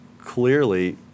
clearly